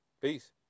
Peace